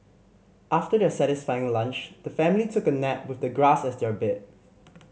after their satisfying lunch the family took a nap with the grass as their bed